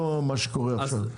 לא מה שקורה עכשיו.